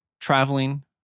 traveling